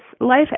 life